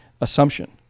assumption